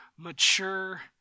mature